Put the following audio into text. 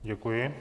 Děkuji.